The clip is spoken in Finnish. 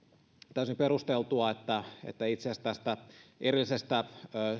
täysin perusteltua että että itse asiassa tästä